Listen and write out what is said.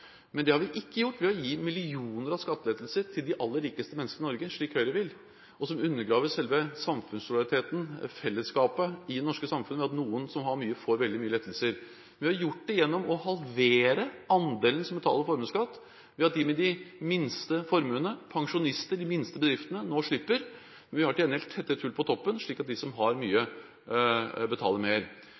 Det har vi ikke gjort ved å gi millioner i skattelettelser til de aller rikeste menneskene i Norge, slik Høyre vil, noe som undergraver selve samfunnssolidariteten, fellesskapet i det norske samfunnet, ved at noen som har mye, får veldig store lettelser, men vi har gjort det gjennom å halvere andelen som betaler formuesskatt ved at de med de minste formuene – pensjonistene, de minste bedriftene – nå slipper. Vi har til gjengjeld tettet hull på toppen slik at de som har mye, betaler mer.